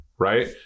right